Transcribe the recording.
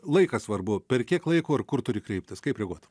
laikas svarbu per kiek laiko ir kur turi kreiptis kaip reaguot